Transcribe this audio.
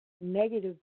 negative